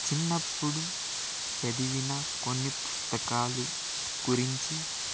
చిన్నప్పుడు చదివిన కొన్ని పుస్తకాలు గురించి